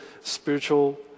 spiritual